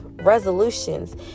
Resolutions